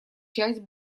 часть